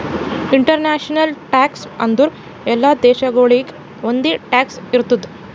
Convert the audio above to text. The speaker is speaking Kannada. ಇಂಟರ್ನ್ಯಾಷನಲ್ ಟ್ಯಾಕ್ಸ್ ಅಂದುರ್ ಎಲ್ಲಾ ದೇಶಾಗೊಳಿಗ್ ಒಂದೆ ಟ್ಯಾಕ್ಸ್ ಇರ್ತುದ್